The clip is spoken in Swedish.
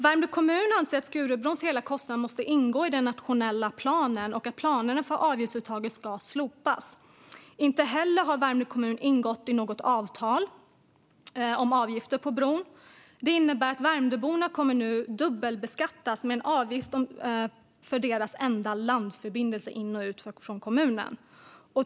Värmdö kommun anser att hela kostnaden för Skurubron måste ingå i den nationella planen och att planerna för avgiftsuttaget ska slopas. Värmdö kommun har inte heller ingått något avtal om avgifter på bron. Det innebär att Värmdöborna nu kommer att dubbelbeskattas med en avgift för sin enda landförbindelse till och från kommunen.